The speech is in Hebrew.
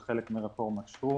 זה חלק מרפורמת שטרום.